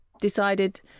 decided